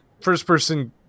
first-person